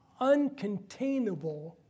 uncontainable